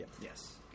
Yes